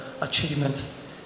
achievements